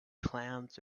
clowns